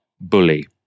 bully